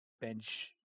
bench